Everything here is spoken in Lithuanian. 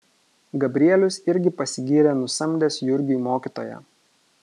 gabrielius irgi pasigyrė nusamdęs jurgiui mokytoją